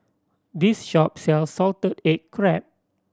this shop sells salted egg crab